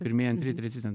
pirmi antri treti ten